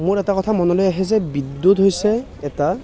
মোৰ এটা কথা মনলৈ আহে যে বিদ্যুত হৈছে এটা